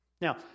Now